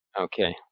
Okay